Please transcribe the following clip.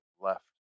left